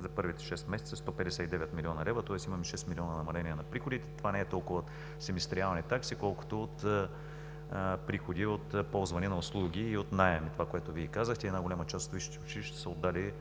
за първите шест месеца 159 млн. лв., тоест имаме 6 млн. лв. намаление на приходите. Това не са толкова семестриални такси, колкото приходи от ползване на услуги, и от наем, това, което Вие казахте. Една голяма част от висшите училища са отдали